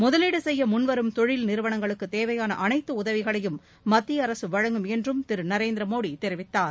முதலீடு செய்ய முன்வரும் தொழில் நிறுவனங்களுக்கு தேவையான அனைத்து உதவிகளையும் மத்திய அரசு வழங்கும் என்றும் திரு நரேந்திர மோடி தெரிவித்தார்